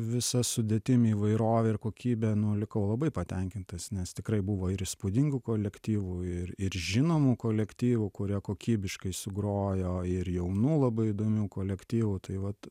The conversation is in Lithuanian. visa sudėtim įvairovę ir kokybę nu likau labai patenkintas nes tikrai buvo ir įspūdingų kolektyvų ir ir žinomų kolektyvų kurie kokybiškai sugrojo ir jaunų labai įdomių kolektyvų tai vat